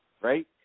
Right